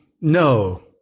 No